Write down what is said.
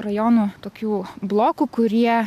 rajonų tokių blokų kurie